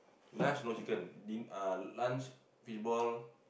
lunch no chicken din~ lunch fish ball